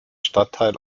stadtteil